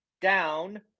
down